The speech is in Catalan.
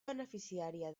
beneficiària